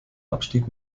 abstieg